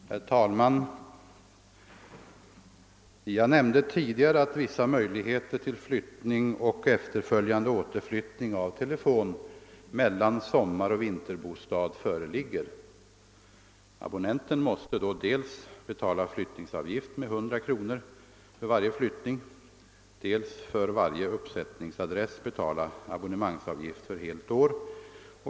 Herr talman! Jag nämnde tidigare att vissa möjligheter till flyttning och efterföljande återflyttning av telefon mellan sommaroch vinterbostad föreligger. Abonnenten måste då dels betala flyttningsavgift med 100 kronor för varje flyttning, dels för varje uppsättningsadress betala abonnemangsavgift för helt år.